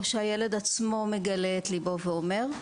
או שהילד עצמו מגלה את ליבו ואומר,